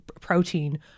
protein